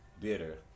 bitter